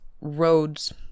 roads